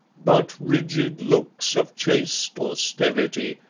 but rigid looks of chaste austerity,